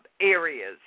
areas